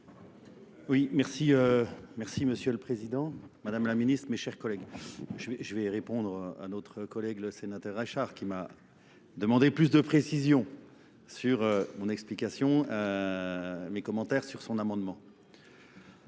Oui, merci Monsieur le Président, Madame la Ministre, mes chers collègues. Je vais répondre à notre collègue le Sénateur Reichard qui m'a demandé plus de précisions sur mon explication, mes commentaires sur son amendement.